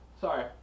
Sorry